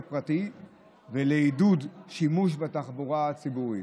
פרטי ולעידוד שימוש בתחבורה הציבורית.